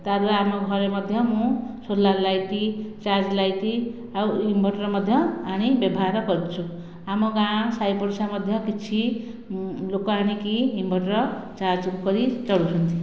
ତା'ପରେ ଆମ ଘରେ ମଧ୍ୟ ମୁଁ ସୋଲାର ଲାଇଟ୍ ଚାର୍ଜ ଲାଇଟ୍ ଆଉ ଇନ୍ଭର୍ଟର ମଧ୍ୟ ଆଣି ବ୍ୟବହାର କରୁଛୁ ଆମ ଗାଁ ସାହିପଡ଼ିଶା ମଧ୍ୟ କିଛି ଲୋକ ଆଣିକି ଇନ୍ଭର୍ଟର ଚାର୍ଜ କରି ଚଳୁଛନ୍ତି